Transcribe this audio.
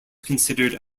considered